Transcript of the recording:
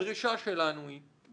הדרישה שלנו היא,